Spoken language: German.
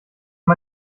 man